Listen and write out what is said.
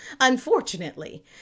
unfortunately